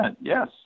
yes